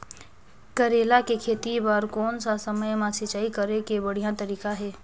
करेला के खेती बार कोन सा समय मां सिंचाई करे के बढ़िया तारीक हे?